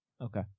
Okay